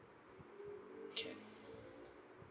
can